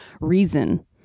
reason